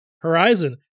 horizon